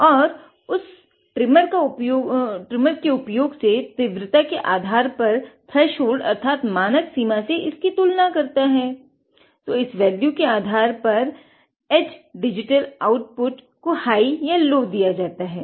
और उस ट्रिमर का उपयोग से तीव्रता के आधार पर थ्रेशोल्ड दिया जाता है